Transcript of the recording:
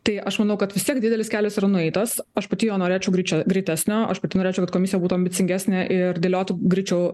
tai aš manau kad vis tiek didelis kelias yra nueitas aš pati jo norėčiau greičia greitesnio aš pati norėčiau kad komisija būtų ambicingesnė ir dėliotų greičiau